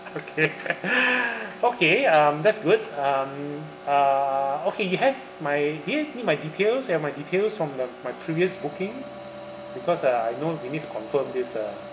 okay okay um that's good um uh okay you have my do you need my details and my details from the my previous booking because uh I know we need to confirm this uh